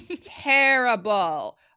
terrible